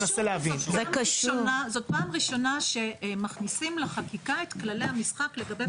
זו פעם ראשונה שמכניסים לחקיקה את כללי המשחק לגבי עיבוי.